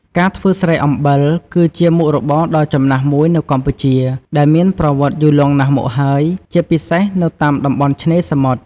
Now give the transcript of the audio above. ការធ្វើស្រែអំបិល គឺជាមុខរបរដ៏ចំណាស់មួយនៅកម្ពុជា ដែលមានប្រវត្តិយូរលង់ណាស់មកហើយ ជាពិសេសនៅតាមតំបន់ឆ្នេរសមុទ្រ។